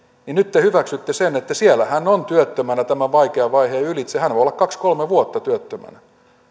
niin nyt te hyväksytte sen että siellä hän on työttömänä tämän vaikean vaiheen ylitse hän voi olla kaksi kolme vuotta työttömänä